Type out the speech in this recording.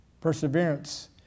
perseverance